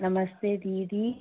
नमस्ते दीदी